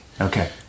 Okay